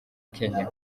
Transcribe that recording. kenya